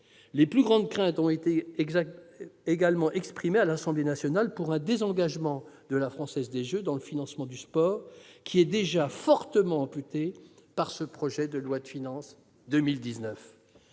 Les plus grandes craintes ont également été exprimées à l'Assemblée nationale quant à un désengagement de la Française des jeux du financement du sport, un domaine déjà fortement amputé dans le projet de loi de finances pour